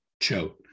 Cho